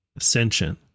Ascension